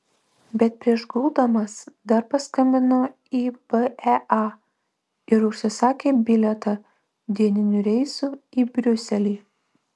bet prieš guldamas dar paskambino į bea ir užsisakė bilietą dieniniu reisu į briuselį